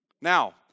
Now